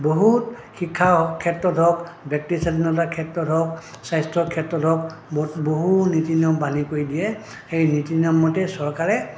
বহুত শিক্ষা ক্ষেত্ৰত হওক ব্যক্তি স্বাধীনতাৰ ক্ষেত্ৰত হওক স্বাস্থ্যৰ ক্ষেত্ৰত হওক বহু নীতি নিয়ম বান্ধি কৰি দিয়ে সেই নীতি নিয়মমতেই চৰকাৰে